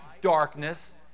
darkness